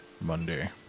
Monday